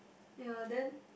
ye then